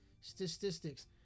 Statistics